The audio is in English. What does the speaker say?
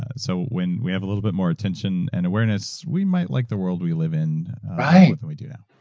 ah so when we have a little bit more attention and awareness, we might like the world we live in more than we do now.